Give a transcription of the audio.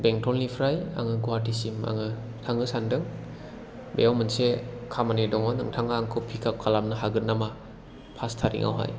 बेंथलनिफ्राय आङो गुवाहाटिसिम आङो थांनो सानदों बेयाव मोनसे खामानि दङ नोंथाङा आंखौ पिक आप खालामनो हागोन नामा पास टारिखआवहाय